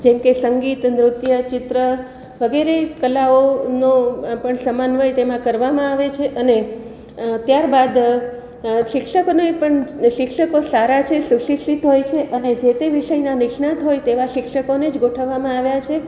જેમકે સંગીત નૃત્ય ચિત્ર વગેરે કલાઓનો પણ સમન્વય તેમાં કરવામાં આવે છે અને ત્યારબાદ શિક્ષકોને પણ શિક્ષકો સારા છે સુશિક્ષિત હોય છે અને જે તે વિષયના નિષ્ણાત હોય તેવા શિક્ષકોને જ ગોઠવવામાં આવ્યા છે